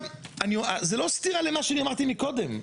זה לא סתירה למה שאמרתי קודם.